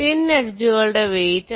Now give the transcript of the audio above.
thin എഡ്ജുകളുടെ weight